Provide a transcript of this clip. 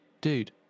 dude